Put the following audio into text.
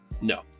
No